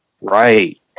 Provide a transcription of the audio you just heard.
Right